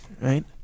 Right